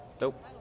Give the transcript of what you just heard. Nope